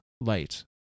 light